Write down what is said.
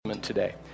today